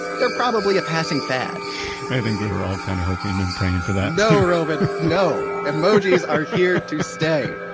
they're probably a passing fad i think we were all kind of hoping and praying for that no roman, no. emojis are here to stay.